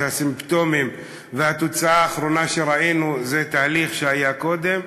הסימפטומים והתוצאה האחרונה שראינו זה תהליך שהיה קודם,